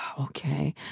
Okay